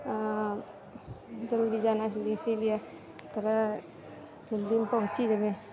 आँ जल्दी जाना छलै इसीलिए थोड़ा जल्दीमे पहुँचि जेबै